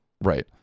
right